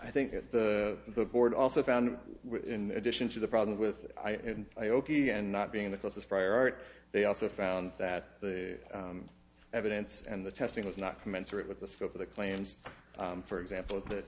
i think that the board also found in addition to the problem with i and i ok again not being the closest prior art they also found that the evidence and the testing was not commensurate with the scope of the claims for example that